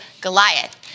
Goliath